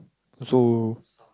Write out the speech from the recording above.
so